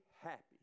happy